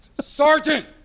Sergeant